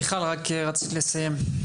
מיכל, רצית לסיים.